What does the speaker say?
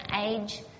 Age